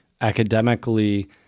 academically